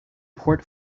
port